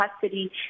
custody